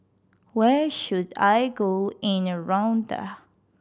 where should I go in Rwanda